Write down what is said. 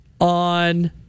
on